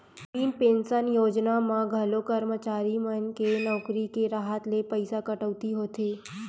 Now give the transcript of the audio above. नवीन pension योजना म घलो करमचारी मन के नउकरी के राहत ले पइसा कटउती होथे